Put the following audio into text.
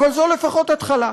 אבל זו לפחות התחלה.